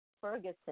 Ferguson